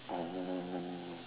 oh